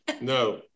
No